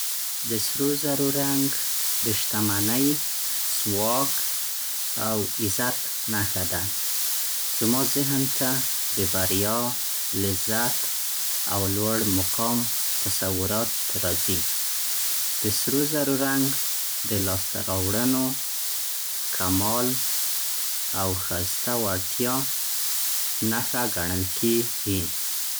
د سرو زرو رنګ د شتمنۍ، ځواک او عزت نښه ده. زما ذهن ته د بریا، لذت او لوړ مقام تصورات راځي. د سرو زرو رنګ د لاسته راوړنو، کمال او ښایسته وړتیا نښه ګڼل کېږي.